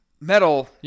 metal